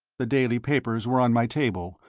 the daily papers were on my table,